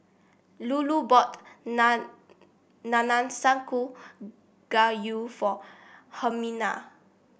Lulu bought Nanakusa Gayu for Hermina